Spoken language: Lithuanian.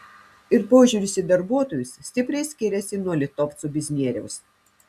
ir požiūris į darbuotojus stipriai skiriasi nuo litovco biznieriaus